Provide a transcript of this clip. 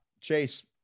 Chase